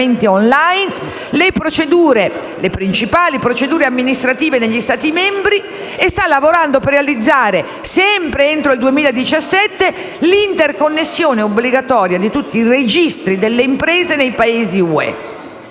*online* le principali procedure amministrative negli Stati membri, e sta lavorando per realizzare, sempre entro il 2017, l'interconnessione obbligatoria di tutti i registri delle imprese dei Paesi UE.